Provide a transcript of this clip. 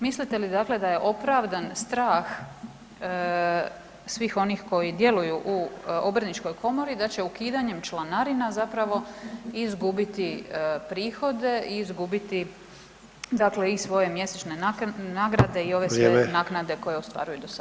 Mislite li dakle da je opravdan strah svih onih koji djeluju u Obrtničkoj komori da će ukidanjem članarina zapravo izgubiti prihode i izgubiti i svoje mjesečne nagrada i ove sve naknade koje ostvaruju do sada?